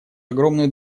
огромную